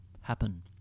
happen